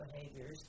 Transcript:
behaviors